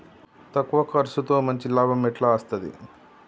తక్కువ కర్సుతో మంచి లాభం ఎట్ల అస్తది?